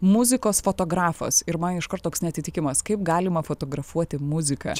muzikos fotografas ir man iškart toks neatitikimas kaip galima fotografuoti muziką